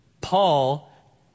Paul